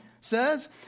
Says